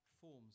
forms